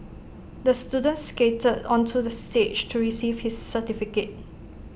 the student skated onto the stage to receive his certificate